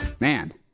Man